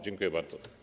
Dziękuję bardzo.